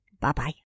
Bye-bye